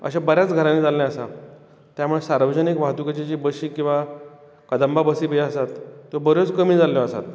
अशें बऱ्याच घरांनी जाल्लें आसा त्या मुळे सार्वजनीक बशी किंवा कंदबा बसी जी आसात त्यो बऱ्योच कमी जाल्ल्यो आसात